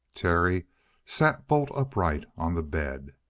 terry sat bolt upright on the bed.